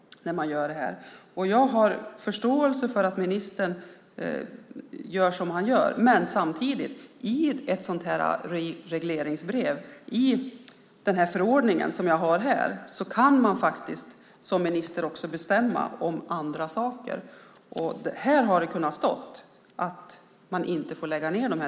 Jag har förståelse för att ministern gör som han gör. Samtidigt kan man som minister via regleringsbrev eller genom en förordning besluta om andra saker. Det hade kunnat stå i förordningen att dessa delar inte får läggas ned.